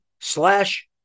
slash